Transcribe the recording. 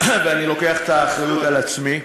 ואני לוקח את האחריות על עצמי.